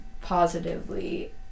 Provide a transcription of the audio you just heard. positively